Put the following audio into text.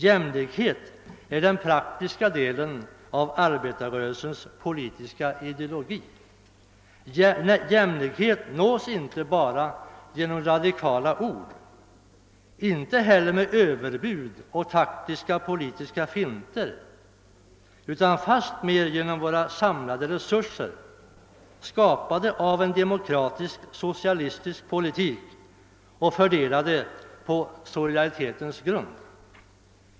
Jämlikhet är den praktiska delen av arbetarrörelsens = politiska ideologi. Jämlikhet nås inte bara genom radikala ord, inte heller med överbud och taktiska politiska finter utan fastmer genom våra samlade resurser, skapade av en demokratisk socialistisk politik och fördelade på solidaritetens grund.